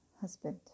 husband